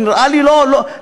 זה נראה לי לא הגון,